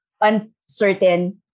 uncertain